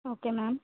okay ma'am